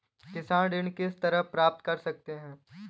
किसान ऋण किस तरह प्राप्त कर सकते हैं?